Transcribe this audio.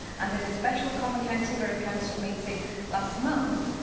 and in a special conwy county borough council meeting last month,